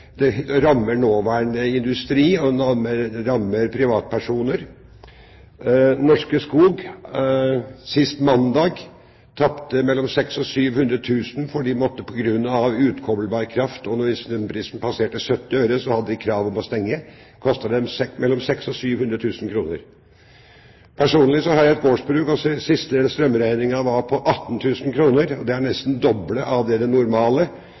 rammer privatpersoner: Norske Skog tapte sist mandag mellom 600 000 og 700 000 kr, for på grunn av utkoblbar kraft og hvis strømprisen passerte 70 øre, hadde de krav om å stenge. Det kostet dem mellom 600 000 og 700 000 kr. Personlig har jeg et gårdsbruk, og den siste strømregningen var på 18 000 kr. Det er nesten det dobbelte av det